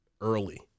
early